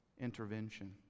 intervention